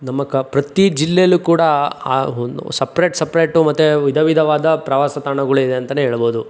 ನಮ್ಮ ಕ ಪ್ರತಿ ಜಿಲ್ಲೆಲ್ಲು ಕೂಡ ಆ ಸಪ್ರೇಟ್ ಸಪ್ರೇಟು ಮತ್ತೆ ವಿಧ ವಿಧವಾದ ಪ್ರವಾಸ ತಾಣಗಳಿದೆ ಅಂತೆಯೇ ಹೇಳ್ಬೋದು